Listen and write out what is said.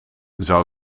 zou